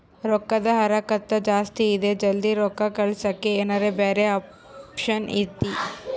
ರೊಕ್ಕದ ಹರಕತ್ತ ಜಾಸ್ತಿ ಇದೆ ಜಲ್ದಿ ರೊಕ್ಕ ಕಳಸಕ್ಕೆ ಏನಾರ ಬ್ಯಾರೆ ಆಪ್ಷನ್ ಐತಿ?